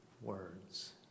words